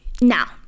Now